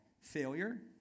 Failure